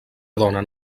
donen